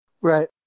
Right